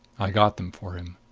i got them for him.